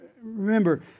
Remember